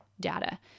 data